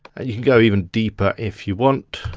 you can go even deeper if you want,